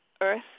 Earth